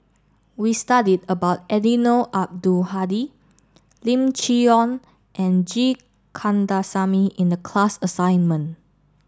we studied about Eddino Abdul Hadi Lim Chee Onn and G Kandasamy in the class assignment